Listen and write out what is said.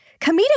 comedic